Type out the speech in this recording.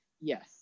Yes